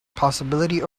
possibility